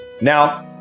Now